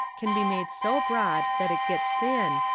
can be made so broad that it gets thin,